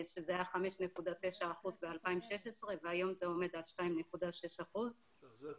שזה היה 5.9% ב-2016 והיום זה עומד על 2.2%. זה טוב